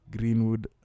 Greenwood